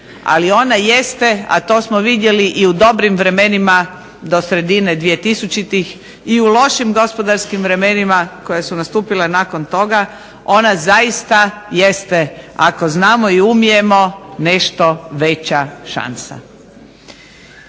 ali ona jeste, a to smo vidjeli i u dobrim vremenima, do sredine 2000. i u lošim gospodarskim vremenima koja su nastupila nakon toga ona zaista jeste ako znamo i umijemo nešto veća šansa.